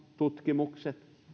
tutkimukset